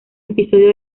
episodio